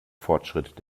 fortschritt